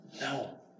No